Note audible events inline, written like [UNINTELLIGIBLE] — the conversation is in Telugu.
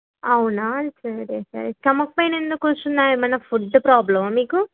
అవునా [UNINTELLIGIBLE] స్టమక్ పెయిన్ ఎందుకు వస్తునాది ఏమైనా ఫుడ్ ప్రాబ్లమా మీకు